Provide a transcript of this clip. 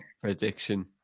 prediction